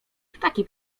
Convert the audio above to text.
ptaki